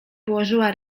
położyła